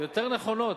יותר נכונות,